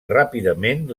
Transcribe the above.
ràpidament